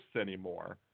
anymore